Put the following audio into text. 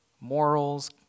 morals